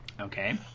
Okay